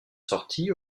sortie